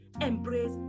embrace